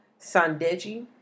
Sandeji